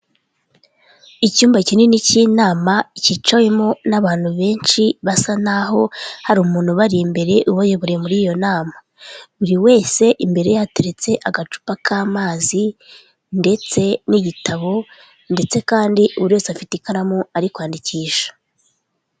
Icyumba kinini cy'inama cyicawemo n'abantu benshi basa n'aho hari umuntu ubari imbere ubayoboreye muri iyo nama. Buri wese imbere yateretse agacupa k'amazi ndetse n'igitabo ndetse kandi buri wese afite ikaramu ari kwandikisha.